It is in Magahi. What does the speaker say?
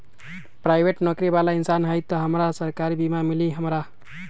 पराईबेट नौकरी बाला इंसान हई त हमरा सरकारी बीमा मिली हमरा?